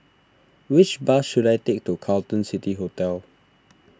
which bus should I take to Carlton City Hotel